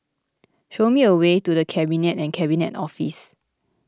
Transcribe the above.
show me the way to the Cabinet and Cabinet Office